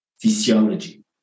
physiology